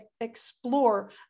explore